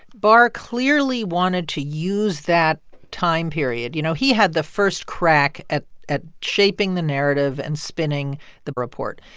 barr clearly wanted to use that time period. you know, he had the first crack at at shaping the narrative and spinning the report.